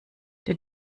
der